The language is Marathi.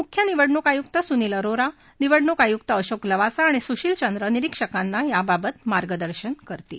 मुख्य निवडणूक आयुक्त सुनील अरोरा निवडणूक आयुक्त अशोक लवासा और सुशील चन्द्र निरीक्षकांना याबाबत मार्गदर्शन करतील